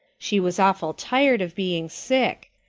she was awful tired of being sick.